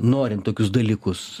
norint tokius dalykus